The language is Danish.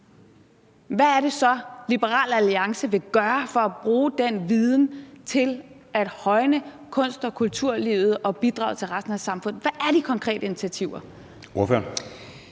her, så er, Liberal Alliance vil gøre for at bruge den viden til at højne kunst- og kulturlivet og dets bidrag til resten af samfundet. Hvad er de konkrete initiativer? Kl.